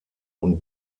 und